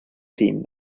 team